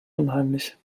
unheimlich